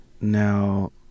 Now